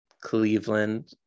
Cleveland